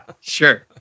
sure